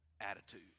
attitude